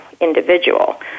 individual